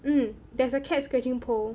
mm there's a cat scratching pole